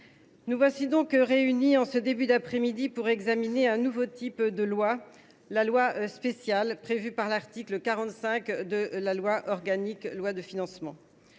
Nous voilà donc réunis, en ce début d’après midi, pour examiner un nouveau type de loi : la loi spéciale prévue par l’article 45 de la loi organique relative